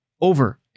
over